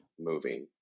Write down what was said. moving